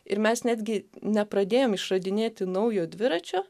ir mes netgi nepradėjom išradinėti naujo dviračio